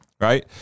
right